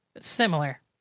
similar